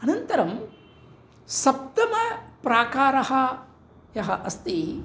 अनन्तरं सप्तमः प्राकारः यः अस्ति